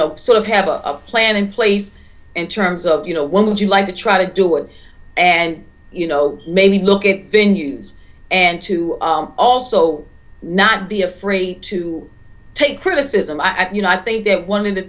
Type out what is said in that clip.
know sort of have a plan in place in terms of you know when would you like to try to do it and you know maybe look at the news and to also not be afraid to take criticism you know i think that one of the